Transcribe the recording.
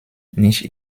nicht